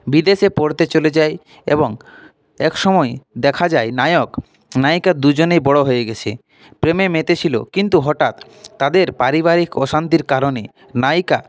বিদেশ পড়তে চলে যায় এবং এক সময়ে দেখা যায় নায়ক নায়িকা দুজনেই বড়ো হয়ে গেছে প্রেমে মেতেছিলো কিন্তু হঠাৎ তাদের পারিবারিক অশান্তির কারণে নায়িকা